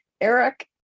Eric